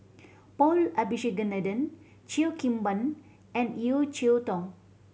Paul Abisheganaden Cheo Kim Ban and Yeo Cheow Tong